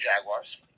Jaguars